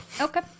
Okay